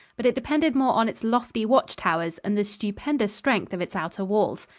but it depended more on its lofty watch-towers and the stupendous strength of its outer walls.